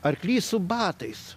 arklys su batais